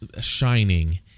Shining